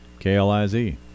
KLIZ